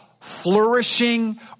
flourishing